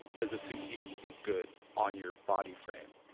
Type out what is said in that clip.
does the suit even look good on your body frame?